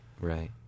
right